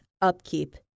upkeep